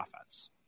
offense